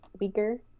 weaker